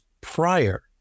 prior